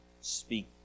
speak